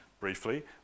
Briefly